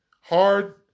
hard